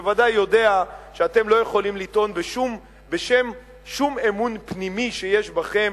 בוודאי יודע שאתם לא יכולים לטעון בשם שום אמון פנימי שיש בכם